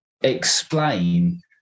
explain